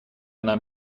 нам